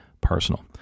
personal